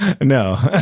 No